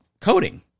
coding